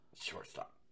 Shortstop